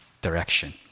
direction